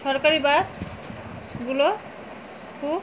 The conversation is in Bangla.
সরকারি বাসগুলো খুব